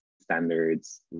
standards